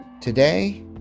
Today